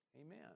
Amen